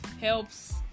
helps